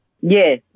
Yes